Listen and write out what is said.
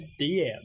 DM